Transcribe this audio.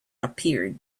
appeared